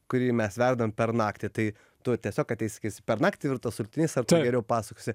kurį mes verdam per naktį tai tu tiesiog ateisi sakysi per naktį virtas sultinys ar tu geriau pasakosi